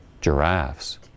giraffes